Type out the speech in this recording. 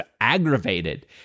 aggravated